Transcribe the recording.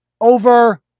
over